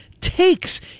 takes